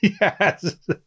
Yes